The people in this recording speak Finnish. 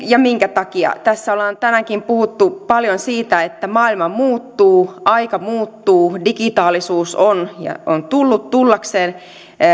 ja minkä takia tässä ollaan tänäänkin puhuttu paljon siitä että maailma muuttuu aika muuttuu digitaalisuus on tullut jäädäkseen